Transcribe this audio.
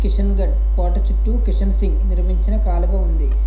కిషన్గడ్ కోట చుట్టూ కిషన్సింగ్ నిర్మించిన కాలువ ఉంది